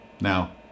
Now